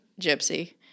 gypsy